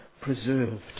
preserved